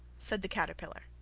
said the caterpillar.